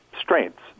strengths